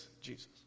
Jesus